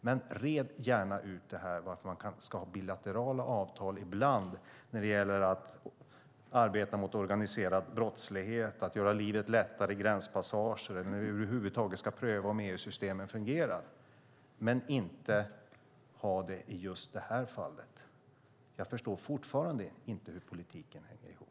Men red gärna ut varför man ska ha bilaterala avtal ibland när det gäller att arbeta mot organiserad brottslighet, när det gäller att göra livet lättare i gränspassagen och när man över huvud taget ska pröva om EU-systemen fungerar men inte ha det i just det här fallet! Jag förstår fortfarande inte hur politiken hänger ihop.